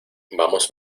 vamos